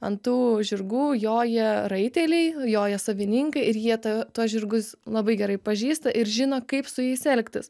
ant tų žirgų joja raiteliai joja savininkai ir jie tą tuos žirgus labai gerai pažįsta ir žino kaip su jais elgtis